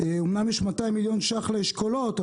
אומנם יש 200 מיליון שקלים לאשכולות,